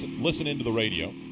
listen in to the radio.